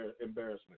embarrassment